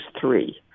three